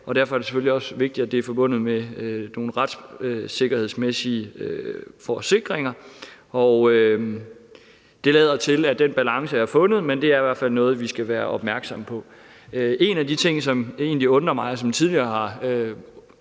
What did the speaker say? derfor er det selvfølgelig også vigtigt, at det er forbundet med nogle retssikkerhedsmæssige forsikringer, og det lader til, at den balance er fundet, men det er i hvert fald noget, vi skal være opmærksomme på. En af de ting, som egentlig undrer mig, og som jeg tidligere har